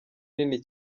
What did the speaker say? nini